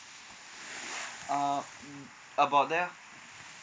um about there